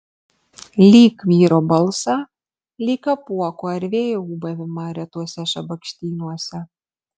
lyg vyro balsą lyg apuoko ar vėjo ūbavimą retuose šabakštynuose